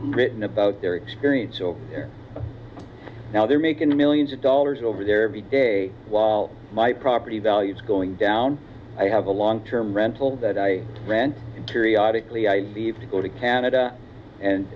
written about their experience or now they're making millions of dollars over there every day while my property values going down i have a long term rental that i rent periodic lee i leave to go to canada